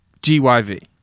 GYV